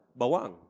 bawang